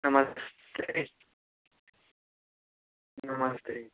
नमस्ते नमस्ते